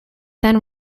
then